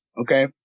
okay